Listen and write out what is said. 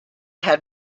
had